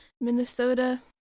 Minnesota